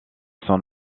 son